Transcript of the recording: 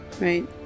right